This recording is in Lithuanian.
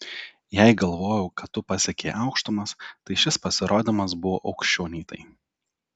jei galvojau kad tu pasiekei aukštumas tai šis pasirodymas buvo aukščiau nei tai